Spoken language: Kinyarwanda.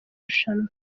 rushanwa